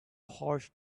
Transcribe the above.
horse